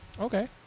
Okay